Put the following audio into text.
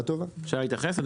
אפשר להתייחס?